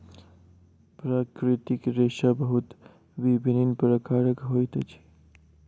प्राकृतिक रेशा बहुत विभिन्न प्रकारक होइत अछि